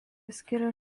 skiria